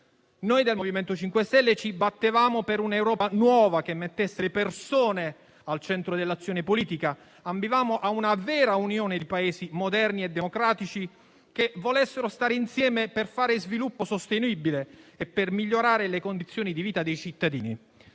Noi del MoVimento 5 Stelle ci battevamo per un'Europa nuova che mettesse le persone al centro dell'azione politica. Ambivamo a una vera Unione di Paesi moderni e democratici, che volessero stare insieme per fare sviluppo sostenibile e per migliorare le condizioni di vita dei cittadini.